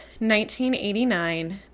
1989